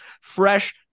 fresh